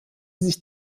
sich